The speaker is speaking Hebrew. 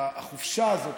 החופשה הזאת,